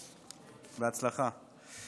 בהצלחה.